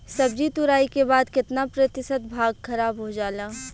सब्जी तुराई के बाद केतना प्रतिशत भाग खराब हो जाला?